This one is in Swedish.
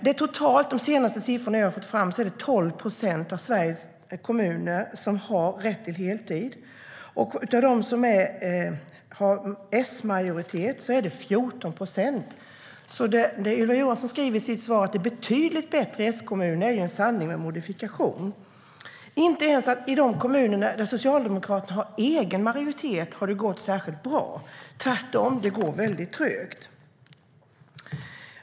De senaste siffrorna jag har fått fram visar att det i 12 procent av Sveriges kommuner finns en rätt till heltid. I kommuner med S-majoritet handlar det om 14 procent. Det Ylva Johansson sa i sitt svar om att det är betydligt bättre i S-kommuner är en sanning med modifikation. Inte ens i de kommuner där Socialdemokraterna har egen majoritet har det gått särskilt bra. Tvärtom går det trögt.